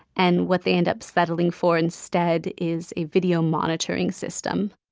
and what they end up settling for instead is a video monitoring system